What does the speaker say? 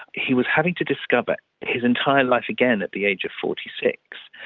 he was having to discover his entire life again at the age of forty six,